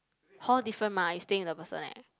hall different mah you staying with the person leh